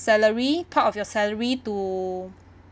salary part of your salary to